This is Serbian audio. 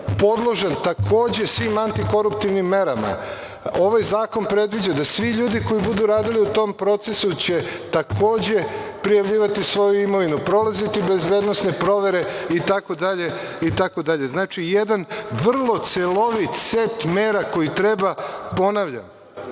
podložan takođe svim antikoruptivnim merama. Ovaj zakon predviđa da svi ljudi koji budu radili u tom procesu će takođe prijavljivati svoju imovinu, prolaziti bezbednosne provere itd. Znači, jedan vrlo celovit set mera koji treba, ponavljam,